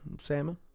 salmon